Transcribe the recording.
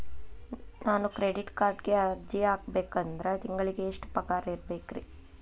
ನಾನು ಕ್ರೆಡಿಟ್ ಕಾರ್ಡ್ಗೆ ಅರ್ಜಿ ಹಾಕ್ಬೇಕಂದ್ರ ತಿಂಗಳಿಗೆ ಎಷ್ಟ ಪಗಾರ್ ಇರ್ಬೆಕ್ರಿ?